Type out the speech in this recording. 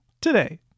today